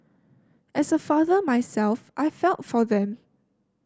as a father myself I felt for them